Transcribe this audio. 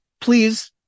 please